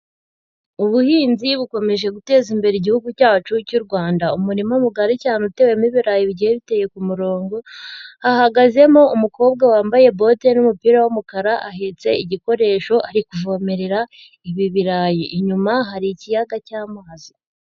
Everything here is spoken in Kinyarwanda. Ubuhinzi bukomeje gutezambere igihugu cyacu cy'u Rwanda, umurima mugari cyane utewemo ibirayi bigiye biteye ku murongo, hahagazemo umukobwa wambaye bote n'umupira w'umukara, ahetse igikoresho ari kuvomerera, ibi birarayi. Inyuma hari ikiyaga cy'amazi.